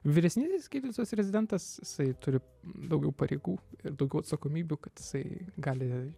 vyresnysis gydytojas rezidentas isai turi daugiau pareigų ir daugiau atsakomybių kad jisai gali